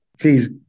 Please